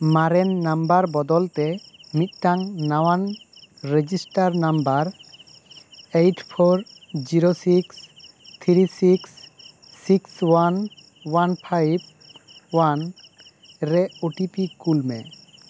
ᱢᱟᱨᱮᱱ ᱱᱟᱢᱵᱟᱨ ᱵᱚᱫᱚᱞ ᱛᱮ ᱢᱤᱫᱴᱟᱝ ᱱᱟᱣᱟᱱ register number eight four zero six three six six one one five one ᱨᱮ ᱳ ᱴᱤ ᱯᱤ ᱠᱩᱞ ᱢᱮ